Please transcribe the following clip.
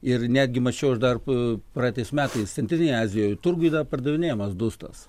ir netgi mačiau aš dar praeitais metais centrinėj azijoj turguj pardavinėjamas dustas